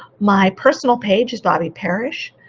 my personal page is bobbi parish.